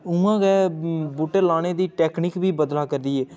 उ'आं गै बूह्टे लाने दी टैकनीक बी बदलै करदी ऐ